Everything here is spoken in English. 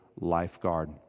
lifeguard